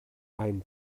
ein